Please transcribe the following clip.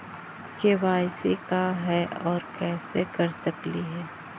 KYC का है, और कैसे कर सकली हे?